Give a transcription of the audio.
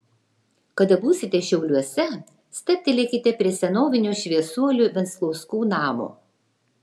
kada būsite šiauliuose stabtelėkite prie senovinio šviesuolių venclauskų namo